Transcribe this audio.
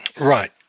Right